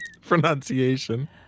pronunciation